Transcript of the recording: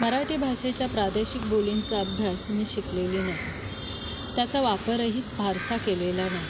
मराठी भाषेच्या प्रादेशिक बोलींचा अभ्यास मी शिकलेली नाही त्याचा वापरही सहसा केलेला नाही